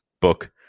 book